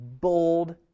bold